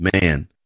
man